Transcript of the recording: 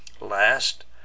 last